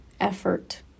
effort